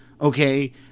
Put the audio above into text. Okay